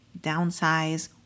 downsize